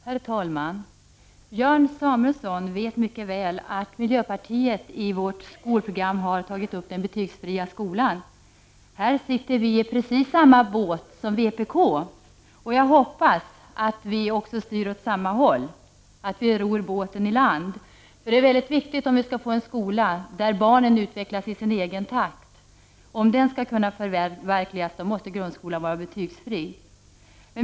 Herr talman! Björn Samuelson vet mycket väl att miljöpartiet i sitt skolprogram har tagit upp frågan om den betygsfria skolan. Här sitter vi i precis samma båt som vpk. Jag hoppas att vi också styr åt samma håll, att vi ror båten i land. Om vi skall få en skola där barnen utvecklas i sin egen takt, då måste grundskolan vara betygsfri.